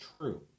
true